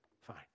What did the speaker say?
fine